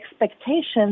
expectations